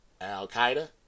Al-Qaeda